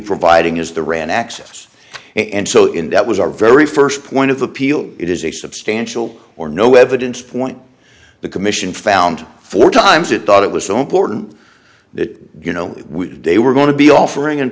providing is the ran access and so in that was our very first point of appeal it is a substantial or no evidence point the commission found four times it ought it was so important that you know we did they were going to be offering and